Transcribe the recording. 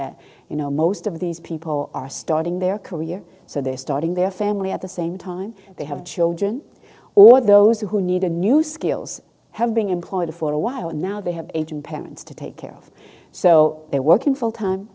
that you know most of these people are starting their career so they're starting their family at the same time they have children or those who need a new skills have being employed for a while and now they have aging parents to take care of so they're working full time